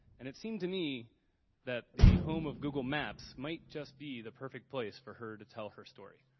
and it seemed to me that the home of google maps might just be the perfect place for her to tell her story.